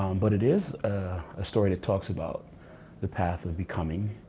um but it is a story that talk about the path of becoming.